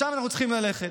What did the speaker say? לשם אנחנו צריכים ללכת.